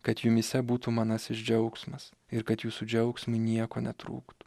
kad jumyse būtų manasis džiaugsmas ir kad jūsų džiaugsmui nieko netrūktų